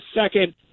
second